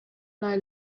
lai